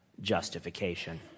justification